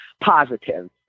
positive